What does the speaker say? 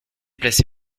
placé